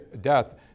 death